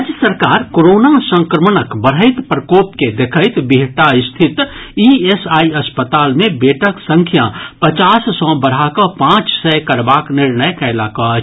राज्य सरकार कोरोना संक्रमणक बढ़ैत प्रकोप के देखैत बिहटा स्थित ईएसआई अस्पताल मे बेडक संख्या पचास सँ बढ़ा कऽ पांच सय करबाक निर्णय कयलक अछि